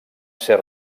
ser